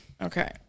okay